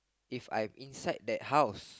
if I'm inside that house